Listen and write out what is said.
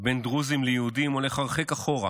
בין דרוזים ליהודים הולך הרחק אחורה